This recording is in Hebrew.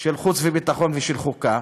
של חוץ וביטחון וחוקה,